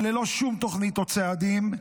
אבל ללא שום תוכנית או צעדים.